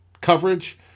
coverage